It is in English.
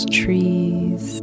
trees